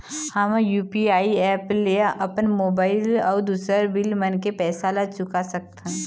हमन UPI app ले अपन मोबाइल अऊ दूसर बिल मन के पैसा ला चुका सकथन